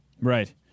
Right